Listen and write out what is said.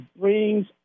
brings